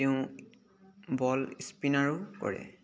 তেওঁ বল স্পিনাৰো কৰে